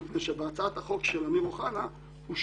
מפני שבהצעת החוק של אמיר אוחנה הושמטה